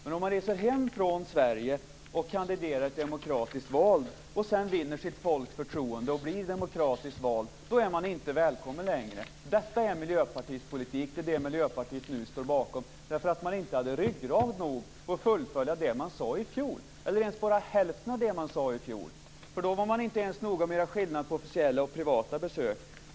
Men om man reser hem från Sverige och kandiderar i ett demokratiskt val och sedan vinner sitt folks förtroende och blir demokratiskt vald är man inte välkommen längre. Detta är Miljöpartiets politik. Det är detta Miljöpartiet nu står bakom därför att man inte hade ryggrad nog att fullfölja det man sade i fjol eller ens bara hälften av det man sade i fjol. Då var man inte ens noga med att göra skillnad mellan officiella och privata besök.